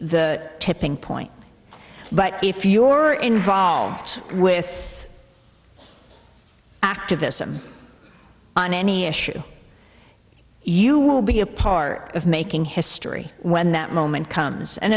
the tipping point but if you are involved with activism on any issue you will be a part of making history when that moment comes and